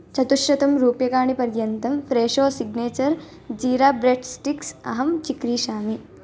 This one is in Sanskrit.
चतुश्शतं रूप्यकाणि पर्यन्तं Fresho signature jeera bread sticks अहं चिक्रीषामि